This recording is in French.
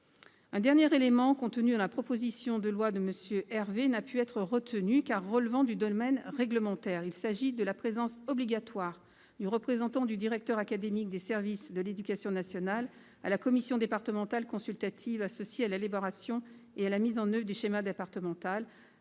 Un dernier élément contenu dans la proposition de loi de M. Hervé n'a pu être retenu car il relève du domaine réglementaire. Il s'agit de la présence obligatoire d'un représentant du directeur académique des services de l'éducation nationale au sein de la commission départementale consultative associée à l'élaboration et à la mise en oeuvre du schéma départemental,